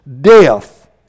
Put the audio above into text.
death